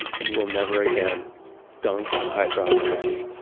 and you will never again dunk a hydrox cookie.